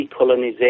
decolonization